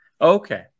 Okay